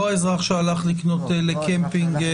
לא האזרח שהלך לקנות לקמפינג.